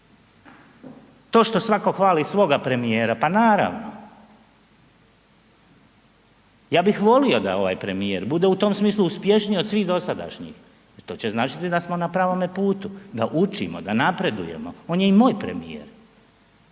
To što svatko hvali svoga premijera, pa naravno ja bih volio da ovaj premijer bude u tom smislu uspješniji od svih dosadašnjih jer to će značiti da smo na pravome putu, da učimo, da napredujemo, on je i moj premijer,